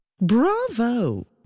Bravo